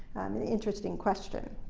an interesting question.